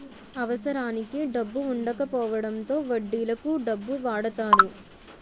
అవసరానికి డబ్బు వుండకపోవడంతో వడ్డీలకు డబ్బు వాడతారు